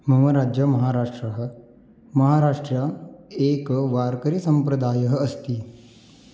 मम राज्यं महाराष्ट्रः महाराष्ट्रे एकः वार्करिसम्प्रदायः अस्ति